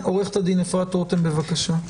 עורכת הדין אפרת רתם, בבקשה.